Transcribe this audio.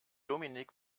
dominik